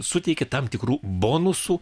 suteikė tam tikrų bonusų